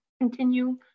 continue